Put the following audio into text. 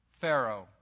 Pharaoh